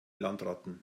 landratten